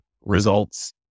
results